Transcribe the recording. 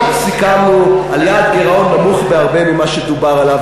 אנחנו סיכמנו על יעד גירעון נמוך בהרבה ממה שדובר עליו.